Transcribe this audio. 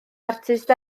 artist